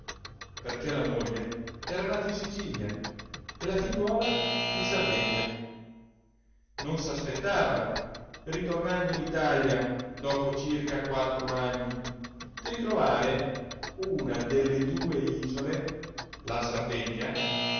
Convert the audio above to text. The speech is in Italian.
perché la moglie era nata in sicilia e la figliuola in sardegna non s'aspettava ritornando in italia dopo circa quattro anni di ritrovare una delle due isole la sardegna